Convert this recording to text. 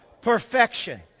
Perfection